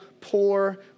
poor